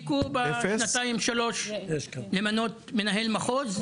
בשנתיים שלוש האחרונות הספיקו למנות מנהלי מחוז?